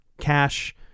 cash